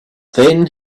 then